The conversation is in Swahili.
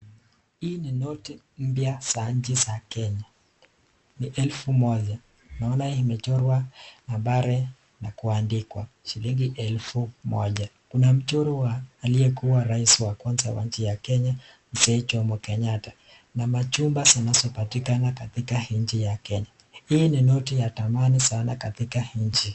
Hii ni noti mpya za nchi za Kenya, elfu moja. Naona imechorwa nambari na kuandikwa shilingi elfu moja. Kuna mchoro wa aliyekuwa rais wa kwanza wa nchi ya Kenya, mzee Jomo Kenyatta na majumba zinazopatikana katika nchi ya Kenya. Hii ni noti yenye thamana sana katika nchi.